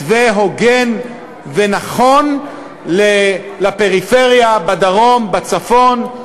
מתווה הוגן ונכון לפריפריה בדרום, בצפון,